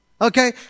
Okay